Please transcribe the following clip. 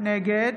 נגד